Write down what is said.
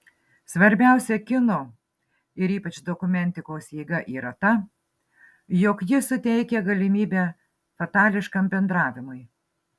svarbiausia kino ir ypač dokumentikos jėga yra ta jog ji suteikia galimybę fatališkam bendravimui